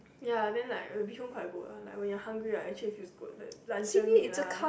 ya then like the bee hoon quite good when you're hungry right actually feels good luncheon meat lah